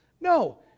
No